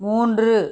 மூன்று